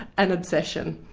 an obsession.